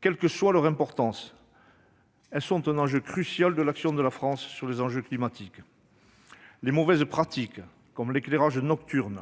Quelle que soit leur importance, elles sont cruciales pour l'action de la France en faveur du climat. Les mauvaises pratiques, comme l'éclairage nocturne